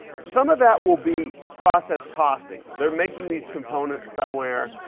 some of that will be process costing. they're making these components somewhere,